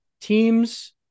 teams